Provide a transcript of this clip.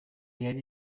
yari